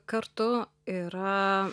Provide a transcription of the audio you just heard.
kartu yra